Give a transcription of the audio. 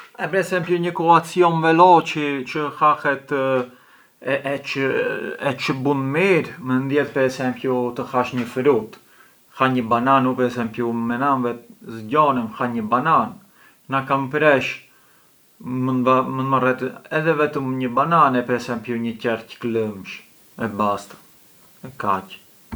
E per esempiu një kulacjon veloci çë hahet e çë… e çë bun mirë mënd jet per esempiu të hash një frutë, ha një bananë, u per esempiu menanvet zgjonem, ha një bananë, na kam mpresh edhe vetëm një banan e per esempiu një qelq klëmsh e basta.